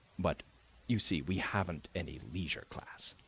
but you see we haven't any leisure class.